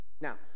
now